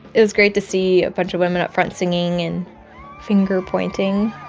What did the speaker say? it was great to see a bunch of women up front singing and finger-pointing